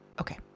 okay